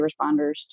responders